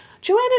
Joanna